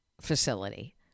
facility